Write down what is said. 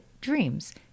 dreams